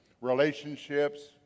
Relationships